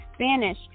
Spanish